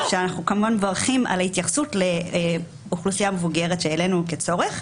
שאנחנו כמובן מברכים על ההתייחסות לאוכלוסייה מבוגרת שהעלינו כצורך,